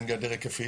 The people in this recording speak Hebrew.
אין גדר היקפית